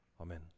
Amen